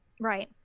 right